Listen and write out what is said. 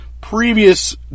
previous